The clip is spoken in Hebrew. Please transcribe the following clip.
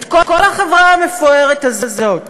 את כל החברה המפוארת הזאת,